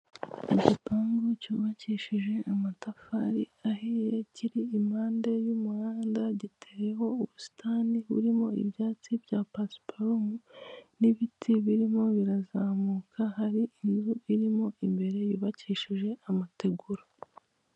Igipangu cyubakishije amatafari ahiye, kiri impande y'umuhanda, giteyeho ubusitani burimo ibyatsi bya pasiparumu n'ibiti birimo birazamuka, hari inzu irimo imbere, yubakishije amategura.